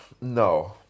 No